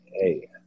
hey